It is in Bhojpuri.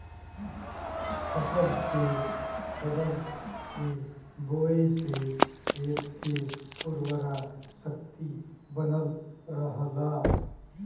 फसल के बदल के बोये से खेत के उर्वरा शक्ति बनल रहला